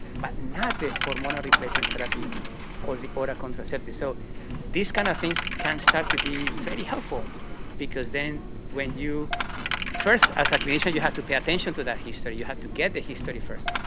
but not the hormonal replacement therapy or the oral contraceptives. so these kind of things can start to be very helpful because then when you first as a clinician you have to pay attention to that history, you have to get the history first,